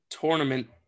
tournament